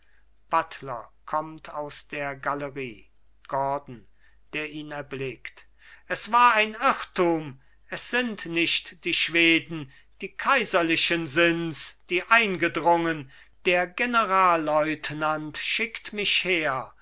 buttler kommt aus der galerie gordon der ihn erblickt es war ein irrtum es sind nicht die schweden die kaiserlichen sinds die eingedrungen der generalleutnant schickt mich her